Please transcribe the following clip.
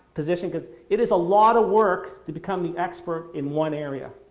position, because it is a lot of work to become the expert in one area,